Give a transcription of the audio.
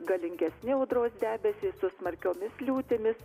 galingesni audros debesys su smarkiomis liūtimis